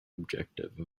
objective